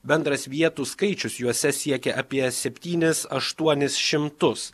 bendras vietų skaičius juose siekia apie septynis aštuonis šimtus